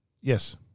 Yes